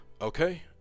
okay